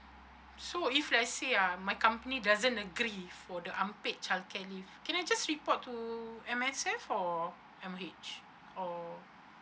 so if let's say ah my company doesn't agree for the unpaid childcare leave can I just report to M_S_F or M_O_H or